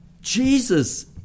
Jesus